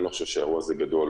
אני לא חושב שהאירוע הזה גדול,